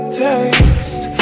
taste